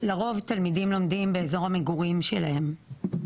לרוב תלמידים לומדים באזור המגורים שלהם,